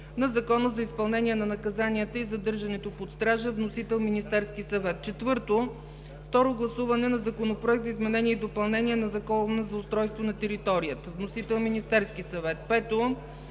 на Закона за изпълнение на наказанията и задържането под стража. Вносител е Министерският съвет. 4. Второ гласуване на Законопроект за изменение и допълнение на Закона за устройство на територията. Вносител е Министерският съвет. 5.